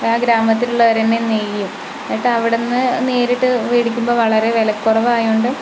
ആ ഗ്രാമത്തിലുള്ളവർ തന്നെ നെയ്യും എന്നിട്ടവിടുന്ന് നേരിട്ട് വേടിക്കുമ്പോൾ വളരെ വിലക്കുറവായതു കൊണ്ട്